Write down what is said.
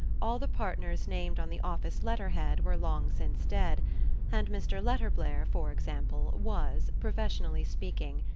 all the partners named on the office letter-head were long since dead and mr. letterblair, for example, was, professionally speaking,